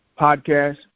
podcast